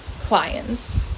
clients